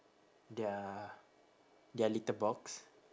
their their litter box